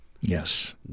Yes